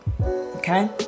Okay